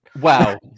Wow